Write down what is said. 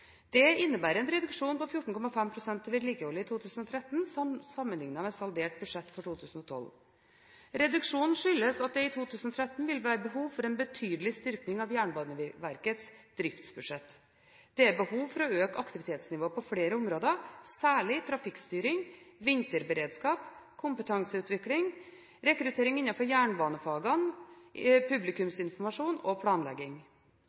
Det innebærer en reduksjon på 14,5 pst. til vedlikehold i 2013 sammenlignet med saldert budsjett for 2012. Reduksjonen skyldes at det i 2013 vil være behov for en betydelig styrking av Jernbaneverkets driftsbudsjett. Det er behov for å øke aktivitetsnivået på flere områder, særlig trafikkstyring, vinterberedskap, kompetanseutvikling, rekruttering innenfor jernbanefagene, publikumsinformasjon og planlegging.